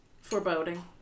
foreboding